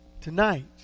tonight